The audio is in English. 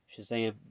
Shazam